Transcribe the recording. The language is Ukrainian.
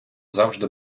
завжди